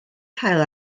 cael